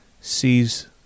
sees